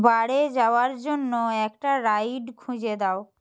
বারে যাওয়ার জন্য একটা রাইড খুঁজে দাও